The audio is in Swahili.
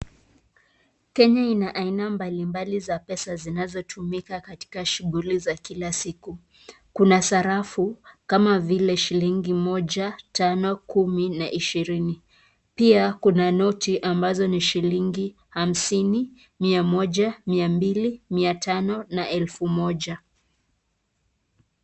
Kenya ina aina mbali mbali za pesa zinazotumika katika shughuli za kila siku. Kuna sarafu kama vile shilini moja, kumi na ishirini. Pia kuna noti ambazo ni shilingi hamsini, mia moja, mia mbili, mia tano na elfu moja.